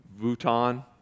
Vuitton